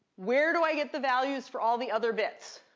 where do i get the values for all the other bits?